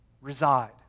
reside